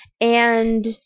And-